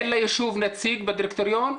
אין ליישוב נציג בדירקטוריון?